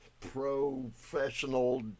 professional